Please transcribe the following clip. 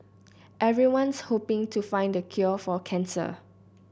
everyone's hoping to find the cure for cancer